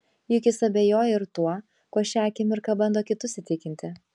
juk jis abejoja ir tuo kuo šią akimirką bando kitus įtikinti